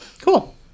cool